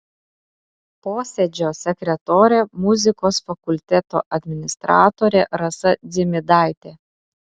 posėdžio sekretorė muzikos fakulteto administratorė rasa dzimidaitė